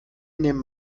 nehmen